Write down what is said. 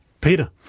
Peter